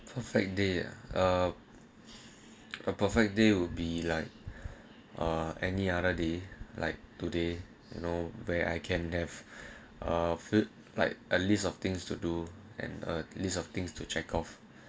perfect day ah a perfect day would be like any other day like today you know where I can have a food like a list of things to do and a list of things to check off